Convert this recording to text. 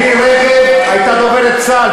מירי רגב הייתה דוברת צה"ל,